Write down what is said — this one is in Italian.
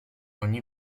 ogni